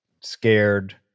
scared